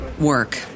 work